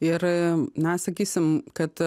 ir a na sakysim kad